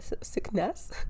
sickness